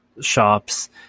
shops